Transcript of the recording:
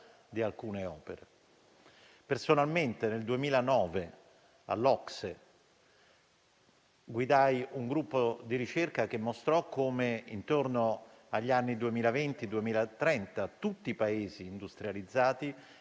di alcune opere. Personalmente nel 2009 guidai, all'OCSE, un gruppo di ricerca che mostrò come, intorno agli anni 2020-2030, tutti i Paesi industrializzati